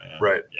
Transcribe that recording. Right